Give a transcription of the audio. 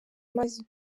mazi